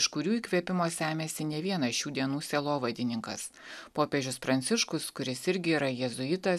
iš kurių įkvėpimo semiasi ne vienas šių dienų sielovadininkas popiežius pranciškus kuris irgi yra jėzuitas